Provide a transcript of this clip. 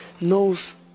knows